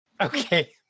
Okay